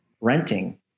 renting